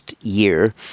year